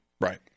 Right